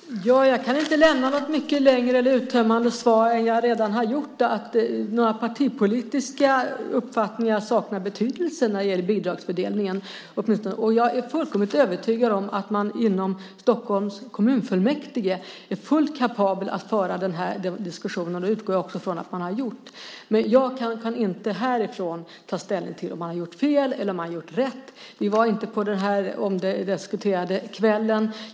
Fru talman! Jag kan inte lämna något mycket längre eller mer uttömmande svar än jag redan har gjort. Partipolitiska uppfattningar saknar betydelse när det gäller bidragsfördelningen. Jag är fullkomligt övertygad om att man inom Stockholms kommunfullmäktige är fullt kapabel att föra den diskussionen, och det utgår jag från att man också har gjort. Men jag kan inte härifrån ta ställning till om man har gjort fel eller rätt. Vi var inte med under den här omdiskuterade kvällen.